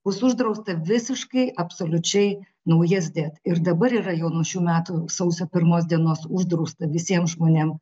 bus uždrausta visiškai absoliučiai naujas dėt ir dabar yra jau nuo šių metų sausio pirmos dienos uždrausta visiem žmonėm